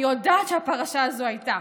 אני יודעת שהפרשה הזאת הייתה.